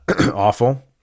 awful